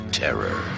terror